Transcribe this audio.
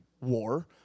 war